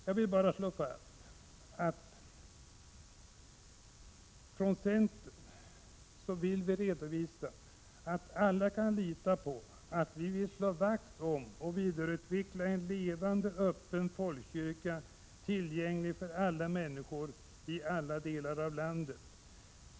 Jag vill bara slå fast att alla kan lita på att centern vill slå vakt om och vidareutveckla en levande, öppen folkkyrka, tillgänglig för alla människor i alla delar av landet.